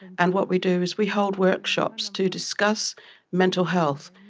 and what we do is we hold workshops to discuss mental health.